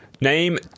Name